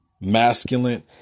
masculine